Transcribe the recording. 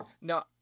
no